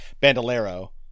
Bandolero